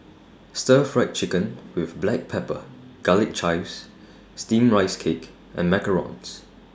Stir Fried Chicken with Black Pepper Garlic Chives Steamed Rice Cake and Macarons